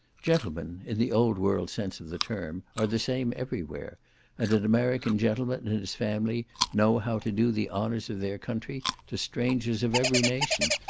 gentlemen, in the old world sense of the term, are the same every where and an american gentleman and his family know how to do the honours of their country to strangers of every nation,